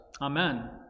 Amen